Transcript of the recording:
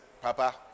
Papa